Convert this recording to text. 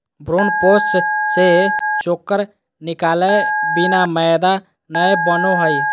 भ्रूणपोष से चोकर निकालय बिना मैदा नय बनो हइ